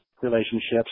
relationships